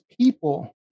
people